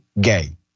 gay